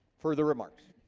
further remarks